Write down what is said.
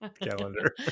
calendar